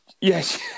Yes